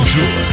Tour